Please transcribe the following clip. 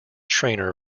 trainer